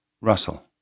Russell